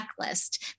checklist